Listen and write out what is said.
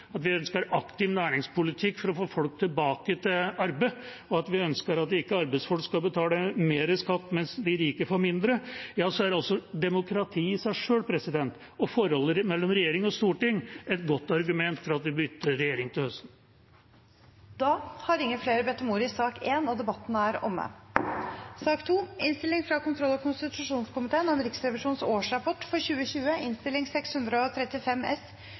at vi ønsker en aktiv næringspolitikk for å få folk tilbake til arbeid, og at vi ikke ønsker at arbeidsfolk skal betale mer i skatt mens de rike får mindre – så er demokratiet og forholdet mellom regjering og storting i seg selv et godt argument for å bytte regjering til høsten. Flere har ikke bedt om ordet til sak nr. 1. Etter ønske fra kontroll- og konstitusjonskomiteen vil presidenten ordne debatten slik: 5 minutter til saksordføreren og